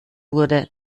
wurde